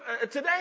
today